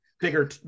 bigger